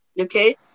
Okay